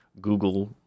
Google